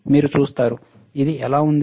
మీరు చూస్తారు ఇది ఎలా ఉంది